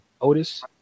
Otis